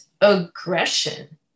aggression